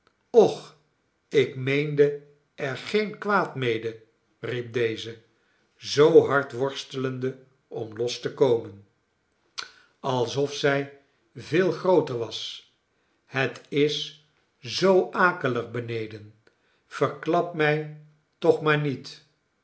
och ik meende er geen kwaad mede riep deze zoo hard worstelende om los te komen alsof zij veel grooter was het is zoo akelig beneden verklap mij toch maar niet